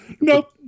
Nope